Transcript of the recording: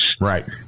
right